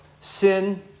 sin